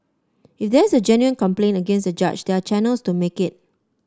if there is a genuine complaint against the judge there are channels to make it